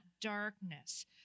darkness